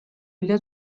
bile